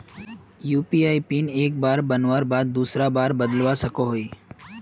UPI PIN एक बार बनवार बाद दूसरा बार बदलवा सकोहो ही?